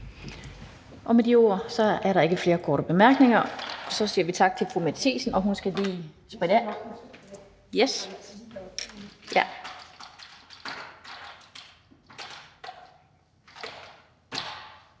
Med de ord er der ikke flere korte bemærkninger, og så siger vi tak til fru Mette Thiesen, som lige skal spritte af.